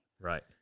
right